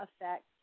effect